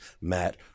Matt